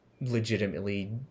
legitimately